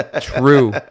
True